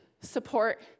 support